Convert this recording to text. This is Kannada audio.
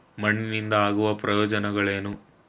ಮಣ್ಣಿನಿಂದ ಆಗುವ ಪ್ರಯೋಜನಗಳೇನು?